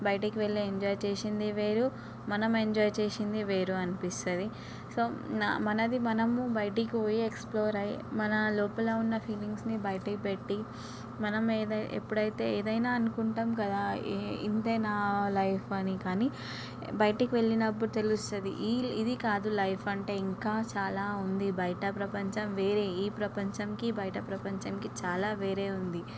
బయటకి వెళ్లి ఎంజాయ్ చేసింది వేరు మనం ఎంజాయ్ చేసింది వేరు అనిపిస్తుంది సో మనది మనము బయటకు పోయి ఎక్స్ప్లోర్ అయ్యి మన లోపల ఉన్న ఫీలింగ్స్ని బయటకి పెట్టి మనం ఏదై ఎప్పుడైతే ఏదైనా అనుకుంటాం కదా ఇంతేనా లైఫ్ అని కానీ బయటకి వెళ్ళినప్పుడు తెలుస్తుంది ఈ ఇది కాదు లైఫ్ అంటే ఇంకా చాలా ఉంది బయట ప్రపంచం వేరే ఈ ప్రపంచంకి బయట ప్రపంచంకి చాలా వేరే ఉంది